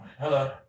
Hello